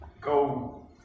go